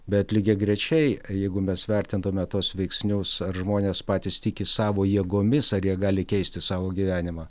bet lygiagrečiai jeigu mes vertintumėme tuos veiksnius ar žmonės patys tiki savo jėgomis ar jie gali keisti savo gyvenimą